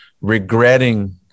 regretting